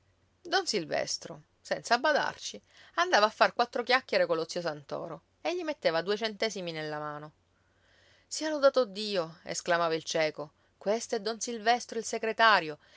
don silvestro senza badarci andava a far quattro chiacchiere collo zio santoro e gli metteva due centesimi nella mano sia lodato dio esclamava il cieco questo è don silvestro il segretario